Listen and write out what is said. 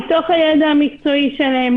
מתוך הידע המקצועי שלהם,